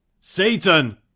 Satan